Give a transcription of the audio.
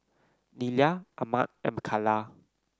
Nelia Ahmed and Micaela